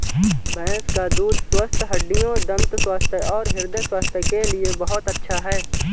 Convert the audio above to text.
भैंस का दूध स्वस्थ हड्डियों, दंत स्वास्थ्य और हृदय स्वास्थ्य के लिए बहुत अच्छा है